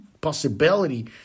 possibility